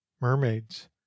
mermaids